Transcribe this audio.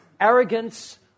arrogance